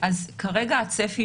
כרגע הצפי,